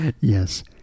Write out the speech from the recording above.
Yes